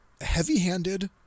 heavy-handed